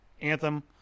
anthem